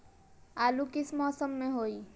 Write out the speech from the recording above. आलू किस मौसम में होई?